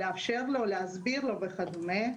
לאפשר לו להסביר לו וכדומה.